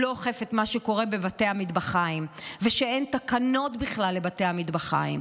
לא אוכף את מה שקורה בבתי המטבחיים ושאין תקנות בכלל לבתי המטבחיים.